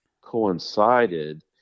coincided